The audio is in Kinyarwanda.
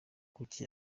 kuki